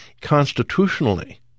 constitutionally